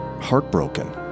heartbroken